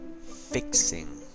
fixing